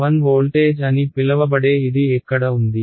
1 voltage అని పిలవబడే ఇది ఎక్కడ ఉంది